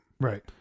Right